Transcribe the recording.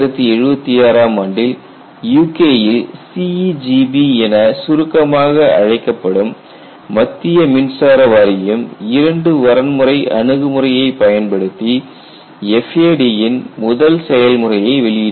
1976 ஆம் ஆண்டில் UK ல் CEGB என சுருக்கமாக அழைக்கப்படும் மத்திய மின்சார உற்பத்தி வாரியம் இரண்டு வரன்முறை அணுகுமுறையைப் பயன்படுத்தி FAD ன் முதல் செயல்முறையை வெளியிட்டது